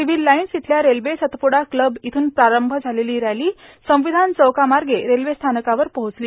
civil lines इथल्या railway Satpuda club इथून प्रारंभ झालेली रॅली संविधान चौकमार्गे रेल्वेस्थानकावर पोहोचली